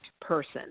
person